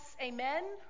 amen